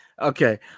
Okay